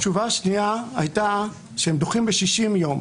התשובה השנייה הייתה שהם דוחים בשישים יום.